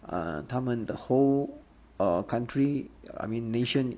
err 他们的 whole err country I mean nation